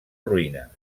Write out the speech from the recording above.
ruïnes